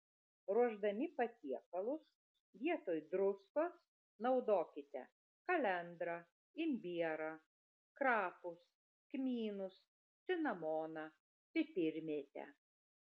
ruošdami patiekalus vietoj druskos naudokite kalendrą imbierą krapus kmynus cinamoną pipirmėtę